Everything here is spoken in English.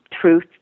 truth